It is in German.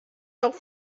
doch